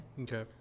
Okay